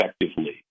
effectively